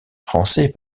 français